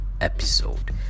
episode